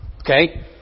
Okay